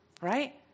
right